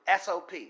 SOP